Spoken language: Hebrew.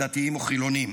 דתיים או חילונים.